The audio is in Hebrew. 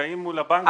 שנתקעים מול הבנקים.